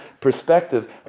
perspective